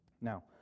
Now